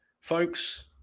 Folks